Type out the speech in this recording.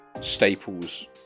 staples